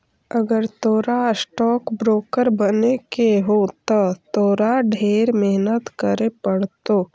अगर तोरा stock broker बने के हो त तोरा ढेर मेहनत करे पड़तो